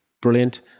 Brilliant